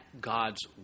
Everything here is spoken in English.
God's